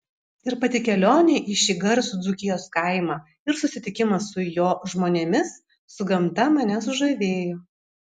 ir pati kelionė į šį garsų dzūkijos kaimą ir susitikimas su jo žmonėmis su gamta mane sužavėjo